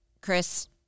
Chris